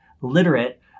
literate